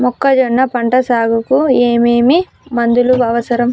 మొక్కజొన్న పంట సాగుకు ఏమేమి మందులు అవసరం?